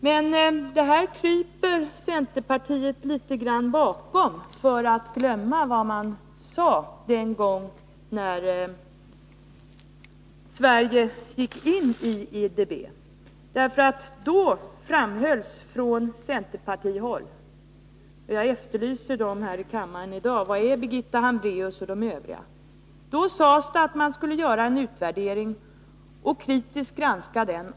Centerpartiet kryper bakom detta faktum att det inte är någon större skillnad mellan IDB och exempelvis Världsbanken för att vi skall glömma vad centerpartisterna sade när Sverige gick in i IDB. Då framhölls från centerpartihåll att man skulle göra en utvärdering och kritiskt granska denna.